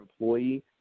employee